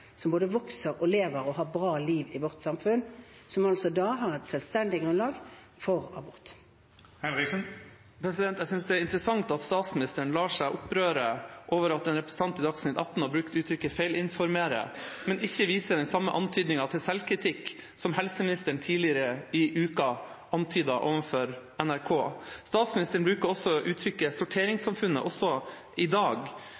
som både vokser og lever og har bra liv i vårt samfunn, som da er et selvstendig grunnlag for abort. Jeg synes det er interessant at statsministeren lar seg opprøre av at en representant i Dagsnytt atten har brukt uttrykket «feilinformere», men ikke viser den samme antydningen til selvkritikk som helseministeren tidligere i uka antydet overfor NRK. Og statsministeren bruker uttrykket «sorteringssamfunnet» også i dag.